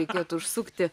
reikėtų užsukti